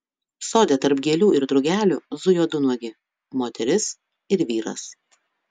sode tarp gėlių ir drugelių zujo du nuogi moteris ir vyras